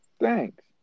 Thanks